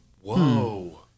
Whoa